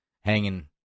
hanging